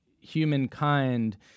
humankind